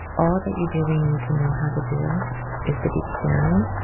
all that you really need to know how to do is to be caring,